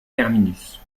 terminus